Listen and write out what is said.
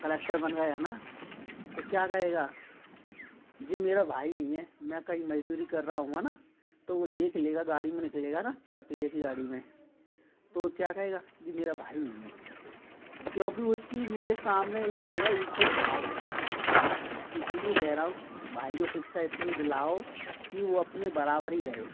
collector बन गया ना तो क्या कहेगा ये मेरा भाई नहीं है मैं कहीं मजदूरी कर रहा हूँगा ना तो वो देख लेगा गाड़ी में निकलेगा ना चार पहिया की गाड़ी में तो वो क्या कहेगा ये मेरा भाई नहीं है क्योंकि उसकी मेरे सामने ये कहेगा इज्जत खराब हो रही है इसलिए कह रहा हूँ भाई को शिक्षा इतनी दिलाओ कि वो अपने बराबर ही रहे